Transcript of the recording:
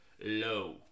low